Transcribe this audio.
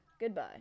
Goodbye